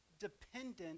dependent